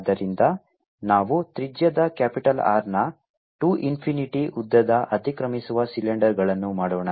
ಆದ್ದರಿಂದ ನಾವು ತ್ರಿಜ್ಯದ ಕ್ಯಾಪಿಟಲ್ R ನ 2 ಇನ್ಫಿನಿಟಿ ಉದ್ದದ ಅತಿಕ್ರಮಿಸುವ ಸಿಲಿಂಡರ್ಗಳನ್ನು ಮಾಡೋಣ